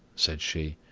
said she.